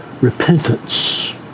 repentance